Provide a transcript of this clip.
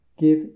give